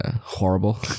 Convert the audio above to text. horrible